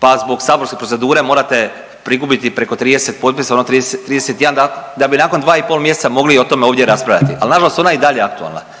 pa zbog saborske procedure morate prikupiti preko 30 potpisa ono 30, 31 da bi nakon 2,5 mjeseca mogli o tome ovdje raspravljati, ali nažalost ona je i dalje aktualna.